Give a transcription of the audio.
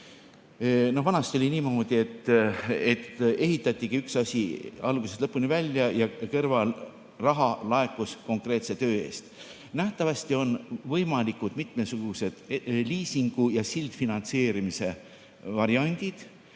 Vanasti oli niimoodi, et ehitatigi üks asi algusest lõpuni välja ja kõrval raha laekus konkreetse töö eest. Nähtavasti on võimalikud mitmesugused liisingu ja sildfinantseerimise variandid,